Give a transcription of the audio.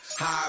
High